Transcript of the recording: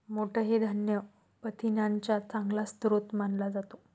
मोठ हे धान्य प्रथिनांचा चांगला स्रोत मानला जातो